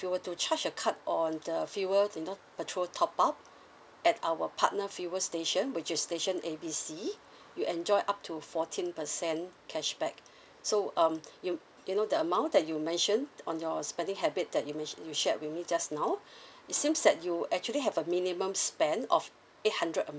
you were to charge a card on the fuel you know petrol top up at our partner fuel station which is station A B C you enjoyed up to fourteen percent cashback so um you you know the amount that you mentioned on your spending habits that you men~ you shared with me just now it seems that you actually have a minimum spend of eight hundred a month